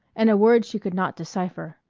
and a word she could not decipher.